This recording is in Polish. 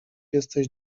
jesteś